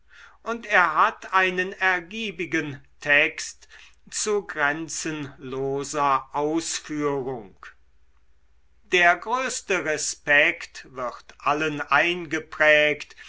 und er hat einen ergiebigen text zu grenzenloser ausführung der größte respekt wird allen eingeprägt